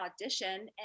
audition